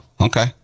Okay